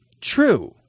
true